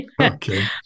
Okay